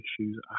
issues